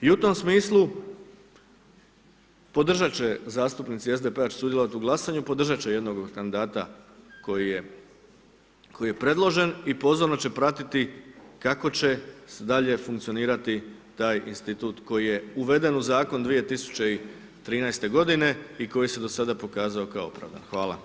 I u tom smislu, podržat će, zastupnici SDP-a će sudjelovati u glasanju, podržat će jednog od kandidata koji je predložen i pozorno će pratiti kako će dalje funkcionirati taj institut koji je uveden u Zakon 2013. godine, i koji se do sada pokazao kao opravdan.